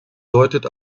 deutet